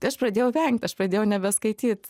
tai aš pradėjau vengt aš pradėjau nebeskaityt